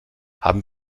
haben